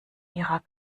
ihrer